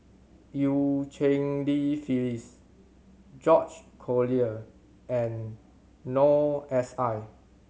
Eu Cheng Li Phyllis George Collyer and Noor S I